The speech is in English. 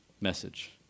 message